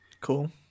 Cool